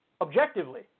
objectively